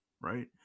Right